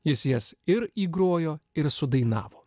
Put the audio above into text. jis jas ir įgrojo ir sudainavo